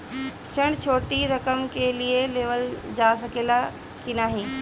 ऋण छोटी रकम के लिए लेवल जा सकेला की नाहीं?